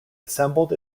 assembled